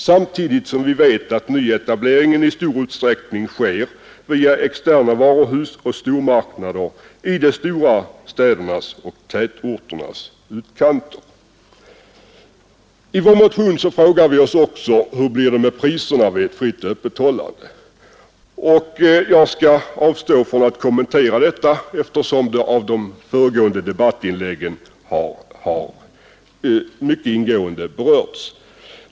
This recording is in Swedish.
Vi vet ju samtidigt att nyetablering i stor utsträckning sker via externa varuhus och stormarknader i de stora städernas och tätorternas utkanter. I vår motion frågar vi också: Hur blir det med priserna vid ett fritt öppethållande? Jag skall avstå från att kommentera detta, eftersom det i de föregående debattinläggen mycket ingående har berörts.